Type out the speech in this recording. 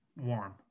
warm